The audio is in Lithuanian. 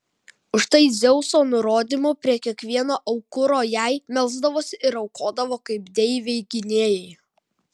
už tai dzeuso nurodymu prie kiekvieno aukuro jai melsdavosi ir aukodavo kaip deivei gynėjai